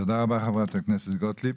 תודה רבה, חברת הכנסת גוטליב.